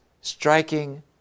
striking